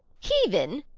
heathen!